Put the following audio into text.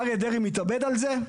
אריה דרעי מתאבד על זה.